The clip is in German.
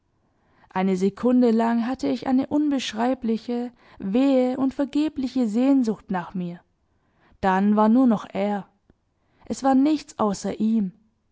eine sekunde lang hatte ich eine unbeschreibliche wehe und vergebliche sehnsucht nach mir dann war nur noch er es war nichts außer ihm